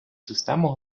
систему